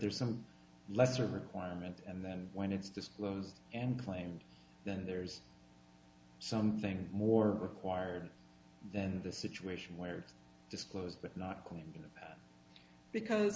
there's some lesser requirement and then when it's just love and claims then there's something more acquired than the situation where it's close but not clear because